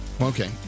Okay